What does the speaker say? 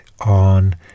on